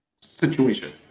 situation